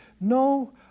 No